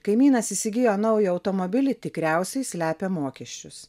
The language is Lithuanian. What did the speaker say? kaimynas įsigijo naują automobilį tikriausiai slepia mokesčius